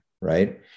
right